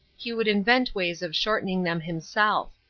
he would invent ways of shortening them himself.